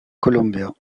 columbia